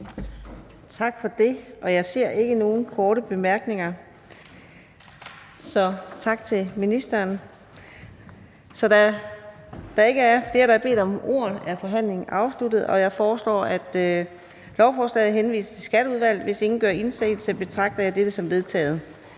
Tak for det. Og jeg ser ikke nogen korte bemærkninger, så tak til ministeren. Da der ikke er flere, der har bedt om ordet, er forhandlingen afsluttet. Jeg foreslår, at lovforslaget henvises til Skatteudvalget. Hvis ingen gør indsigelse, betragter jeg dette som vedtaget.